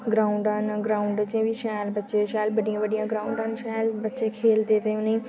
ग्राउंडां न ग्राउंड च बी शैल बच्चे शैल बड्डियां बड्डियां ग्राउंडां शैल बच्चे खेढदे ते उ'नेंंगी